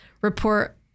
report